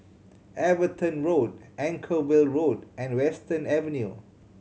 Everton Road Anchorvale Road and Western Avenue